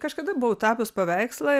kažkada buvau tapius paveikslą